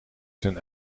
zijn